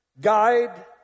guide